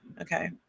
Okay